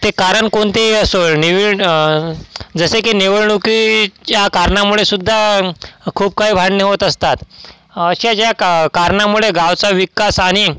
ते कारण कोनतेही असो निव्वळ जसे की निवडणुकीच्या कारणामुळे सुद्धा खूप काही भांडणे होत असतात अशा ज्या का कारनामुळे गावचा विकास आणि